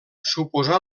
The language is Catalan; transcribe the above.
suposà